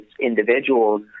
individuals